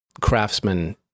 craftsman